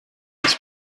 his